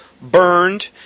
burned